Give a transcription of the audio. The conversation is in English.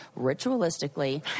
ritualistically